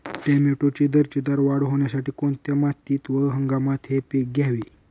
टोमॅटोची दर्जेदार वाढ होण्यासाठी कोणत्या मातीत व हंगामात हे पीक घ्यावे?